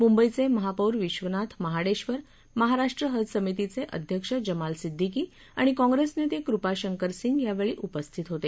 मुंबईचे महापौर विश्वनाथ महाडेश्वर महाराष्ट्र हज समितीचे अध्यक्ष जमाल सिद्दिकी आणि कॉंप्रेसनेते कृपाशंकर सिंह यावेळी उपस्थित होते